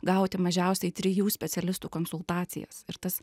gauti mažiausiai trijų specialistų konsultacijas ir tas